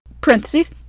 parentheses